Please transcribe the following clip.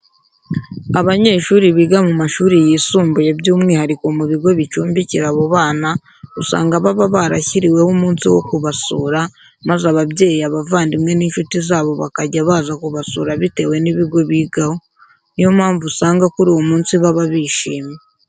Abanyeshuri biga mu mashuri yisumbuye by'umwihariko mu bigo bicumbikira abo bana, usanga baba barashyiriweho umunsi wo kubasura, maze ababyeyi abavandimwe n'inshuti zabo bakajya baza kubasura bitewe n'ibigo bigaho. Ni yo mpamvu usanga kuri uwo munsi baba bishimye.